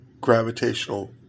gravitational